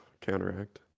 counteract